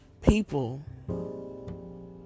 people